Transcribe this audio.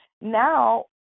now